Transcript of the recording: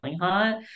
hot